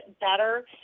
better